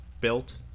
built